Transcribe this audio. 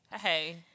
hey